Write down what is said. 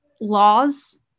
laws